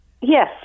Yes